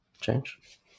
change